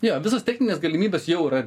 jo visos techninės galimybės jau yra